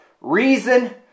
reason